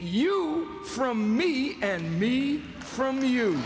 you from me and me from you